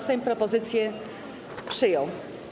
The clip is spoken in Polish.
Sejm propozycję przyjął.